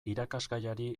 irakasgaiari